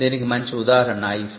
దీనికి మంచి ఉదాహరణ iPhone